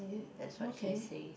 that's what she says